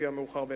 המאוחר בשניהם.